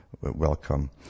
welcome